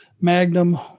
Magnum